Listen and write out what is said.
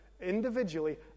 individually